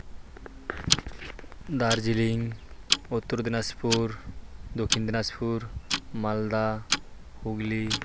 Darjeeling Uttar Dinajpur Dakshin Dinajpur Malda Hooghly